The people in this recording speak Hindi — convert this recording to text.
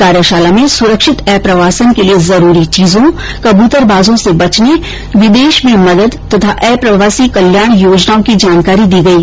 कार्यषाला में सुरक्षित अप्रवासन के लिए जरूरी चीजों कबूतरबाजों से बचने विदेष में मदद तथा अप्रवासी कल्याण योजनाओं की जानकारी दी गयी